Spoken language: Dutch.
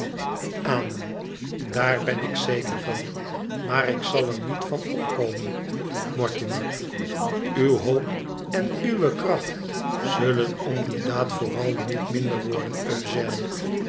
amen daar ben ik zeker van maar ik zal er niet van opkomen mortimer uwe hoop en uwe kracht zullen om die daad vooral niet minder worden